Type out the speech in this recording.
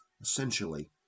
essentially